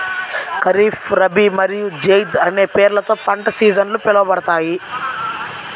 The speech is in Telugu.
ఖరీఫ్, రబీ మరియు జైద్ అనే పేర్లతో పంట సీజన్లు పిలవబడతాయి